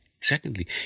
secondly